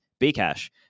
Bcash